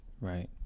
Right